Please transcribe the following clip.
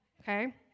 okay